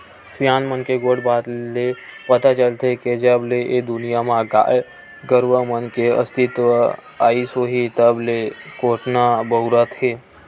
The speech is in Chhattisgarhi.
सियान मन के गोठ बात ले पता चलथे के जब ले ए दुनिया म गाय गरुवा मन के अस्तित्व आइस होही तब ले कोटना बउरात हे